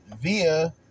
via